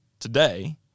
today